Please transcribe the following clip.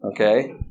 okay